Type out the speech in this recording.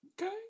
okay